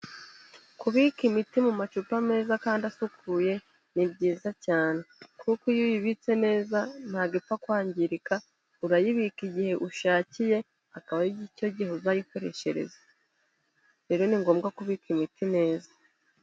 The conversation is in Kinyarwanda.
Kubika imiti mu macupa meza kandi asukuye ni byiza cyane. Kuko iyo uyibitse neza ntabwo ipfa kwangirika, urayibika igihe ushakiye akaba ari cyo gihe uzayikoreshereza. Rero ni ngombwa kubika imiti neza.